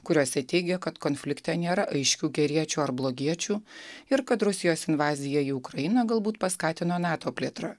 kuriuose teigia kad konflikte nėra aiškių geriečių ar blogiečių ir kad rusijos invaziją į ukrainą galbūt paskatino nato plėtra